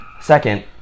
Second